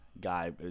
guy